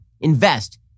invest